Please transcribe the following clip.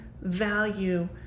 value